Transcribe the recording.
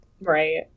Right